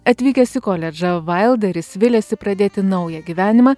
atvykęs į koledžą vailderis viliasi pradėti naują gyvenimą